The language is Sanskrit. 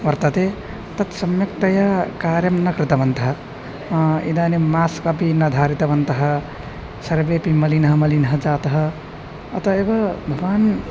वर्तते तत् सम्यक्तया कार्यं न कृतवन्तः इदानीं मास्क् अपि न धारितवन्तः सर्वेपि मलिनः मलिनः जातः अतः एव भवान्